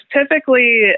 typically